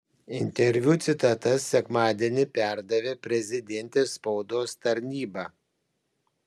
interviu citatas sekmadienį perdavė prezidentės spaudos tarnyba